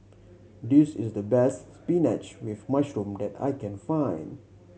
this is the best spinach with mushroom that I can find